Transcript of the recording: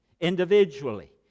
individually